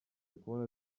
kubona